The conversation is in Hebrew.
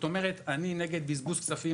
אני נגד בזבוז כספים.